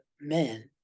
men